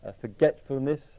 forgetfulness